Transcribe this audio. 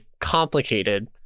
complicated